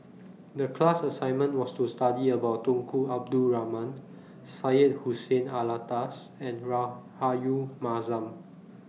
The class assignment was to study about Tunku Abdul Rahman Syed Hussein Alatas and Rahayu Mahzam